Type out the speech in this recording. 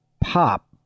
pop